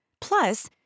Plus